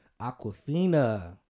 Aquafina